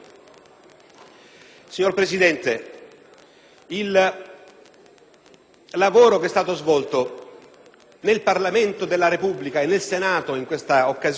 Signor Presidente, il lavoro che è stato svolto nel Parlamento della Repubblica, in Senato in questa occasione,